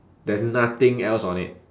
there's nothing else on it